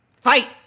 Fight